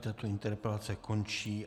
Tato interpelace končí.